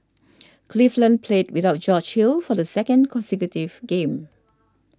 cleveland played without George Hill for the second consecutive game